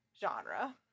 genre